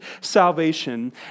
salvation